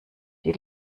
die